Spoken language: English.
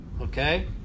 Okay